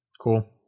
Cool